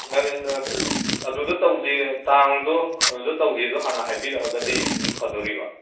ꯉꯟꯅ ꯑꯗꯨꯗ ꯇꯧꯖꯦ ꯇꯥꯡꯗꯣ ꯑꯗꯨꯗ ꯇꯧꯖꯦꯗꯣ ꯍꯥꯟꯅ ꯍꯥꯏꯕꯤꯔꯛꯑꯒꯗꯤ ꯑꯗꯨꯝ ꯐꯗꯧꯔꯤꯕ